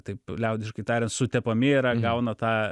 taip liaudiškai tariant sutepami yra gauna tą